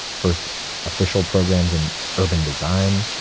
first official programs in urban design